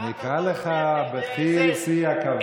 אני אקרא לך בשיא הכבוד,